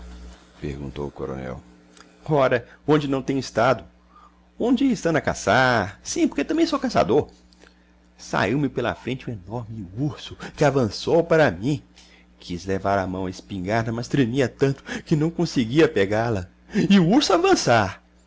perguntou o coronel ora onde não tenho estado um dia estando a caçar sim porque também sou caçador saiu-me pela frente um enorme urso que avançou para mim quis levar a mão à espingarda mas tremia tanto que não consegui pegá-la e o urso